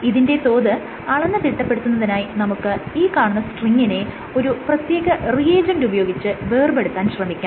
ഇതിന്റെ തോത് അളന്ന് തിട്ടപ്പെടുത്തുന്നതിനായി നമുക്ക് ഈ കാണുന്ന സ്ട്രിങിനെ ഒരു പ്രത്യേക റിയേജന്റ് ഉപയോഗിച്ച് വേർപെടുത്താൻ ശ്രമിക്കാം